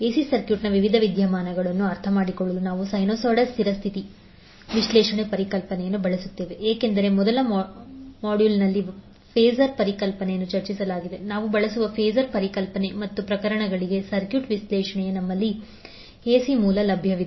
AC ಸರ್ಕ್ಯೂಟ್ನ ವಿವಿಧ ವಿದ್ಯಮಾನಗಳನ್ನು ಅರ್ಥಮಾಡಿಕೊಳ್ಳಲು ನಾವು ಸೈನುಸೈಡಲ್ ಸ್ಥಿರ ಸ್ಥಿತಿ ಸ್ಥಿತಿ ವಿಶ್ಲೇಷಣಾ ಪರಿಕಲ್ಪನೆಗಳನ್ನು ಬಳಸುತ್ತೇವೆ ಏಕೆಂದರೆ ಮೊದಲ ಮಾಡ್ಯೂಲ್ನಲ್ಲಿ ಫಾಸರ್ಗಳ ಪರಿಕಲ್ಪನೆಯನ್ನು ಚರ್ಚಿಸಲಾಗಿದೆ ನಾವು ಬಳಸುವ ಫಾಸರ್ಗಳ ಪರಿಕಲ್ಪನೆ ಮತ್ತು ಪ್ರಕರಣಗಳಿಗೆ ಸರ್ಕ್ಯೂಟ್ ವಿಶ್ಲೇಷಣೆ ನಮ್ಮಲ್ಲಿ ಎಸಿ ಮೂಲ ಲಭ್ಯವಿದೆ